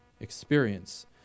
experience